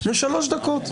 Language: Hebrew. לשלוש דקות?